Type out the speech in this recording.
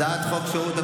היום אתה נהיה עדין